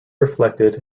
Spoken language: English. reflected